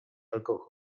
alkohol